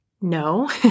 No